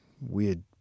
weird